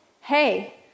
hey